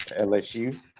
LSU